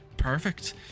Perfect